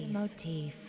motif